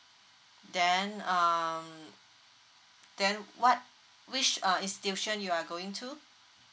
then um then what which uh institution you are going to